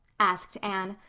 asked anne.